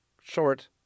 short